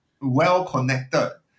well-connected